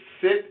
sit